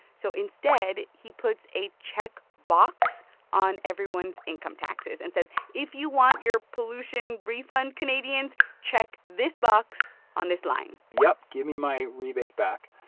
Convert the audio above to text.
so instead, he puts a check box on everyone's income taxes and says, if you want your pollution refund, canadians, check this box on this line yup, give me my rebate back.